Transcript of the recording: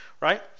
right